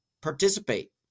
participate